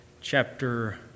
chapter